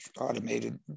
automated